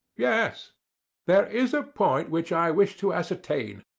yes there is a point which i wish to ascertain.